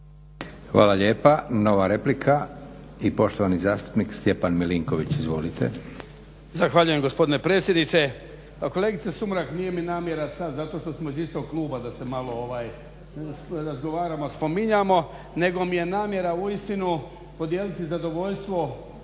redu je jedna replika i poštovani zastupnik Stjepan Milinković. Izvolite.